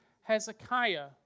Hezekiah